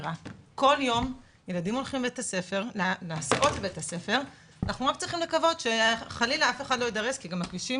כל מי ששותף גם - איפה שיש גם את המילה התיישבות,